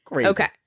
Okay